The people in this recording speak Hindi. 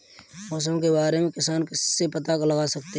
मौसम के बारे में किसान किससे पता लगा सकते हैं?